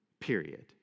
Period